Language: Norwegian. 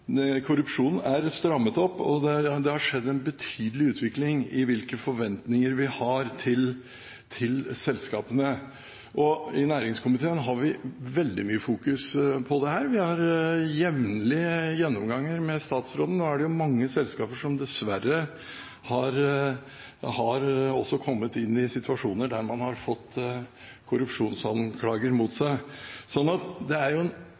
Korrupsjonen er strammet opp, og det har skjedd en betydelig utvikling i hvilke forventninger vi har til selskapene. I næringskomiteen fokuserer vi veldig mye på dette. Vi har jevnlig gjennomganger med statsråden. Nå er det jo mange selskaper som dessverre har kommet i situasjoner der man har fått korrupsjonsanklager mot seg, så det er